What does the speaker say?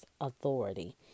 authority